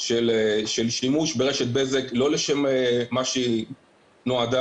של שימוש ברשת בזק לא לשם מה שהיא נועדה,